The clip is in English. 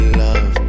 love